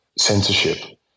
censorship